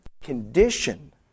condition